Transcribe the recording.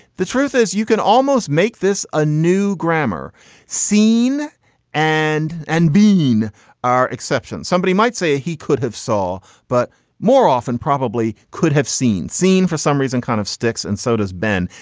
the truth is you can almost make this a new grammar scene and and been are exceptions. somebody might say he could have saw, but more often probably could have seen seen for some reason kind of sticks. and so does ben.